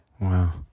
Wow